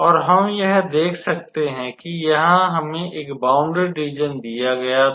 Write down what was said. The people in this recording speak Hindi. और हम यह देख सकते हैं कि यहां हमें एक बाउंडेड रीज़न दिया गया था